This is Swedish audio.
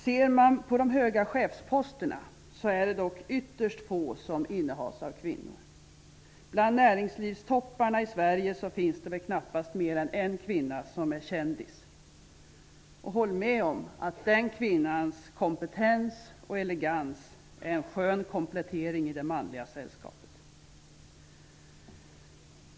Ser man på de höga chefsposterna är det dock ytterst få som innehas av kvinnor. Bland näringslivstopparna i Sverige finns det väl knappast mer än en kvinna som är kändis. Håll med om att den kvinnans kompetens och elegans är en skön komplettering i det manliga sällskapet!